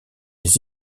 les